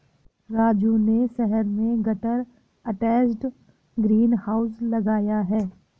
राजू ने शहर में गटर अटैच्ड ग्रीन हाउस लगाया है